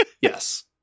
Yes